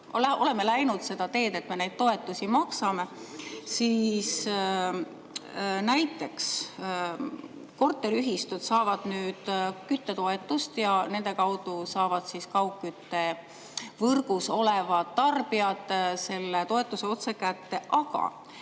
oleme läinud seda teed, et me neid toetusi maksame, siis näiteks korteriühistud saavad nüüd küttetoetust ja nende kaudu saavad kaugküttevõrgus olevad tarbijad selle toetuse otse kätte. Aga